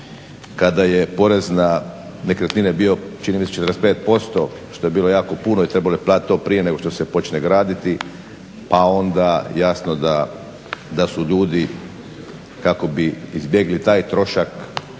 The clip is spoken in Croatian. kada je porez na nekretnine bio čini mi se 45% što je bilo jako puno i trebalo je platiti to prije nego što se počne graditi, pa onda jasno da su ljudi kako bi izbjegli taj trošak gradili